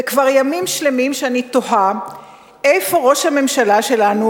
וכבר ימים שלמים שאני תוהה איפה ראש הממשלה שלנו,